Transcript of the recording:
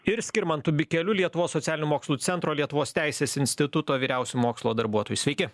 ir skirmantu bikeliu lietuvos socialinių mokslų centro lietuvos teisės instituto vyriausiu mokslo darbuotoju sveiki